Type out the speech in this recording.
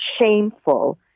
shameful